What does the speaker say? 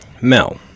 Mel